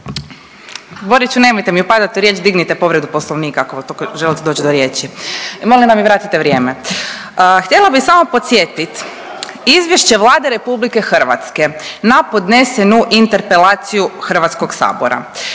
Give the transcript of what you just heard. Boriću, nemojte mi upadat u riječ, dignite povredu poslovnika ako tolko želite doći do riječi i molim da mi vratite vrijeme. Htjela bi samo podsjetit, izvješće Vlade RH na podnesenu interpelaciju HS koja